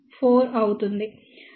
కాబట్టి మీరు 0